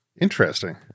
Interesting